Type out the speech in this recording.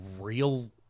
real